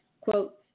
quote